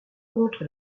contre